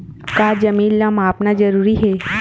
का जमीन ला मापना जरूरी हे?